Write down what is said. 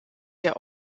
der